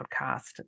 podcast